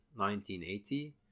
1980